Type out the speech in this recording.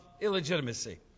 illegitimacy